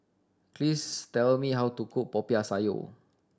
please tell me how to cook Popiah Sayur